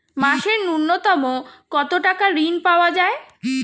মাসে নূন্যতম কত টাকা ঋণ পাওয়া য়ায়?